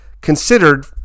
considered